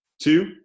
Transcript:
Two